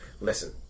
Listen